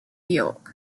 york